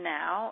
now